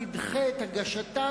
תדחה את הגשתה,